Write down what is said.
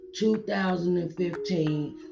2015